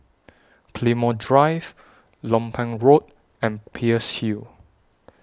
Claymore Drive Lompang Road and Peirce Hill